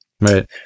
right